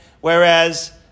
whereas